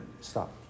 stop